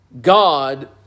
God